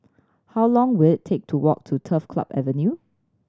how long will it take to walk to Turf Club Avenue